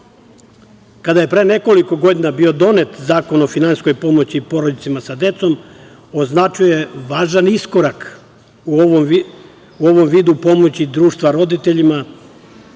je pre nekoliko godina bio donet Zakon o finansijskoj pomoći porodicama sa decom, označio je važan iskorak u ovom vidu pomoći društva roditeljima